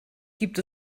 gibt